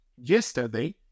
yesterday